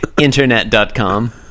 Internet.com